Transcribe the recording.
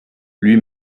lui